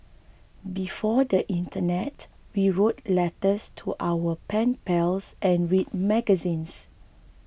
before the internet we wrote letters to our pen pals and read magazines